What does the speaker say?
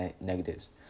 negatives